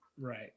Right